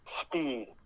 speed